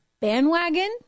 bandwagon